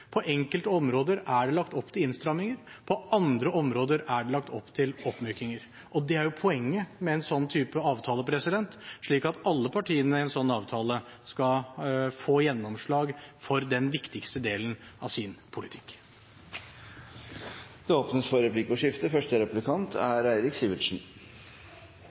På enkelte områder er det lagt opp til innstramninger, på andre områder er det lagt opp til oppmykninger. Det er poenget med denne typen avtaler, slik at alle partiene i en slik avtale skal få gjennomslag for den viktigste delen av sin politikk. Det åpnes for replikkordskifte.